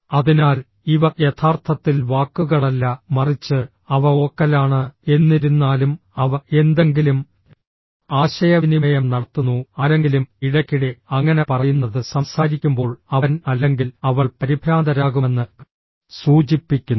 അതിനാൽ ഇവ യഥാർത്ഥത്തിൽ വാക്കുകളല്ല മറിച്ച് അവ ഓക്കൽ ആണ് എന്നിരുന്നാലും അവ എന്തെങ്കിലും ആശയവിനിമയം നടത്തുന്നു ആരെങ്കിലും ഇടയ്ക്കിടെ അങ്ങനെ പറയുന്നത് സംസാരിക്കുമ്പോൾ അവൻ അല്ലെങ്കിൽ അവൾ പരിഭ്രാന്തരാകുമെന്ന് സൂചിപ്പിക്കുന്നു